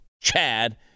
chad